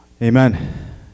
Amen